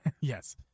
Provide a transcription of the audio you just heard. Yes